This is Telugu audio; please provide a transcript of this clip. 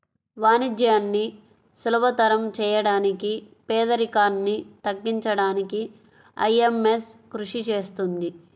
వాణిజ్యాన్ని సులభతరం చేయడానికి పేదరికాన్ని తగ్గించడానికీ ఐఎంఎఫ్ కృషి చేస్తుంది